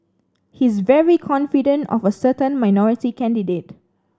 he's very confident of a certain minority candidate